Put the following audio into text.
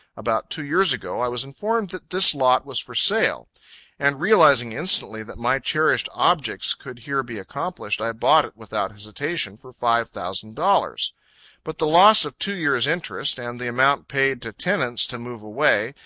about two years ago, i was informed that this lot was for sale and realizing instantly that my cherished objects could here be accomplished i bought it without hesitation, for five thousand dollars but the loss of two years' interest and the amount paid to tenants to move away,